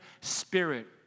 spirit